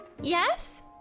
Yes